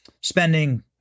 Spending